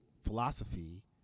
philosophy